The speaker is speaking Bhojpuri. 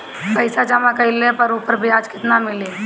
पइसा जमा कइले पर ऊपर ब्याज केतना मिली?